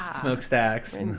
smokestacks